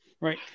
Right